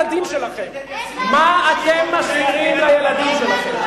מה אתם משאירים לילדים שלכם?